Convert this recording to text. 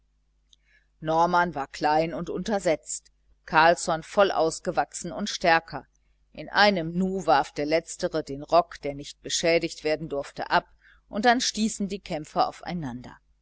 norman war klein und untersetzt carlsson voll ausgewachsen und stärker in einem nu warf der letztere den rock der nicht beschädigt werden durfte ab und dann stießen die kämpfer aufeinander